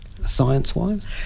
science-wise